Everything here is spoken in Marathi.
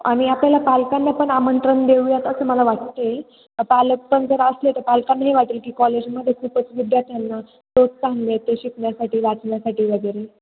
आणि आपल्याला पालकांना पण आमंत्रण देऊयात असं मला वाटते आहे पालक पण जर असले तर पालकांनाही वाटेल की कॉलेजमध्ये खूपच विद्यार्थ्यांना प्रोत्साहन मिळते शिकण्यासाठी वाचण्यासाठी वगैरे